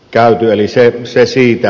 eli se siitä